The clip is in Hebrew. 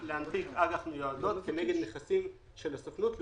אג"ח מיועדות כנגד נכסים של הסוכנות.